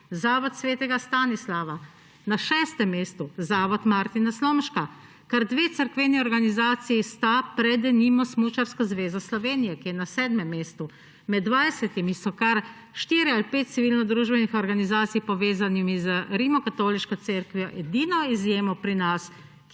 Zavod Svetega Stanislava, na šestem mestu Zavod Martina Slomška, kar dve cerkveni organizaciji sta pred, denimo, Smučarsko zvezo Slovenije, ki je na sedmem mestu. Med dvajsetimi je kar štiri ali pet civilnodružbenih organizacij, povezanih z Rimskokatoliško cerkvijo, edina izjema pri nas,